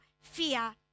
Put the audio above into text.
fear